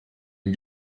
une